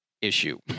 issue